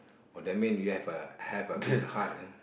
oh that means you have a have a good heart ah